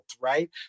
right